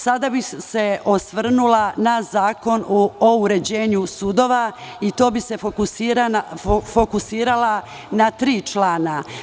Sada bih se osvrnula na Zakon o uređenju sudova, i to bi se fokusirala na tri člana.